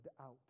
out